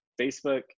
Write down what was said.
Facebook